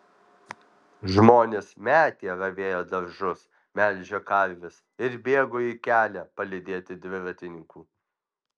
žmonės metė ravėję daržus melžę karves ir bėgo į kelią palydėti dviratininkų